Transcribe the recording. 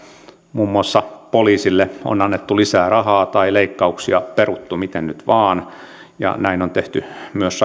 muun muassa poliisille on annettu lisää rahaa tai leikkauksia on peruttu miten nyt vain ja näin on tehty myös